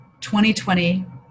2020